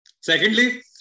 Secondly